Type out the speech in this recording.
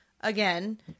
again